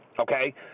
Okay